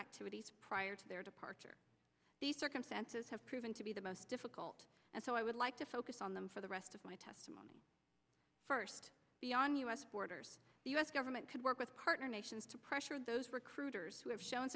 activities prior to their departure these circumstances have proven to be the most difficult and so i would like to focus on them for the rest of my testimony first beyond u s borders the u s government could work with partner nations to pressure those recruiters who have shown